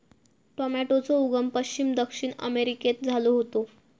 टॉमेटोचो उगम पश्चिम दक्षिण अमेरिकेत झालो होतो